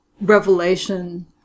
revelation